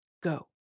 go